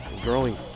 growing